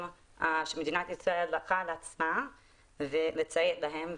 שמדינת ישראל לקחה על עצמה לציית להם,